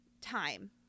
time